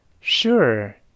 Sure